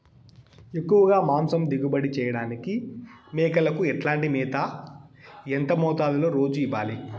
ఎక్కువగా మాంసం దిగుబడి చేయటానికి మేకలకు ఎట్లాంటి మేత, ఎంత మోతాదులో రోజు ఇవ్వాలి?